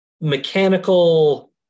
mechanical